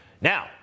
Now